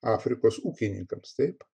afrikos ūkininkams taip